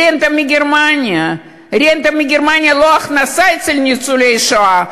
רנטה מגרמניה היא לא הכנסה אצל ניצולי שואה,